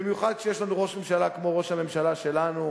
במיוחד כשיש לנו ראש ממשלה כמו ראש הממשלה שלנו,